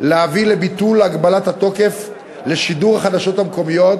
להביא לביטול הגבלת התוקף לשידור החדשות המקומיות,